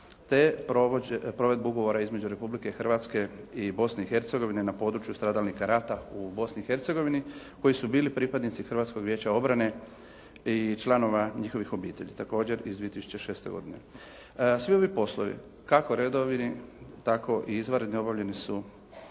te provedbu ugovora između Republike Hrvatske i Bosne i Hercegovine na području stradalnika rata u Bosni i Hercegovini koji su bili pripadnici Hrvatskog vijeća obrane i članova njihovih obitelji, također iz 2006. godine. Svi ovi poslovi, kako redovni, tako i izvanredni obavljeni su